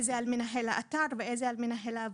על מנהל האתר ועל מנהל העבודה.